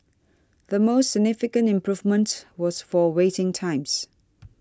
the most significant improvement was for waiting times